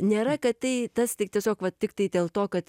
nėra kad tai tas tik tiesiog vat tiktai dėl to kad